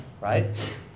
right